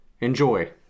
Enjoy